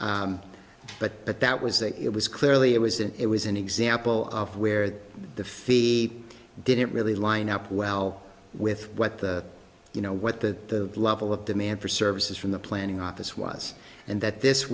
did but but that was that it was clearly it was an it was an example of where the fee didn't really line up well with what the you know what the level of demand for services from the planning office was and that this